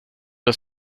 det